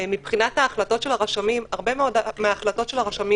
מבחינת ההחלטות של הרשמים הרבה מאוד מההחלטות של הרשמים